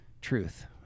truth